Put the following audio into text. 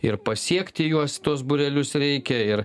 ir pasiekti juos tuos būrelius reikia ir